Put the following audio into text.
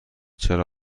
چرا